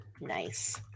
Nice